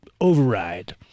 Override